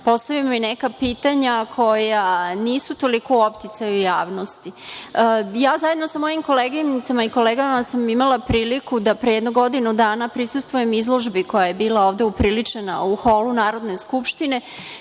postavimo neka pitanja koja nisu toliko u opticaju javnosti. Zajedno sa mojim koleginicama i kolegama, imala sam priliku da pre jedno godinu dana prisustvujem izložbi koja je bila ovde upriličena u holu Narodne skupštine,